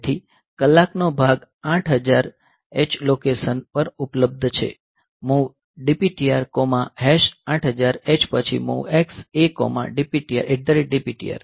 તેથી કલાક નો ભાગ 8000H લોકેશન પર ઉપલબ્ધ છે MOV DPTR8000 H પછી MOVX ADPTR